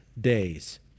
days